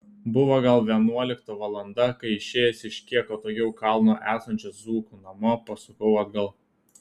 buvo gal vienuolikta valanda kai išėjęs iš kiek atokiau kalno esančio zukų namo pasukau atgal